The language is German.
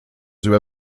über